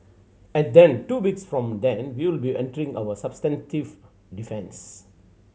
and then two weeks from then we'll be entering our substantive defence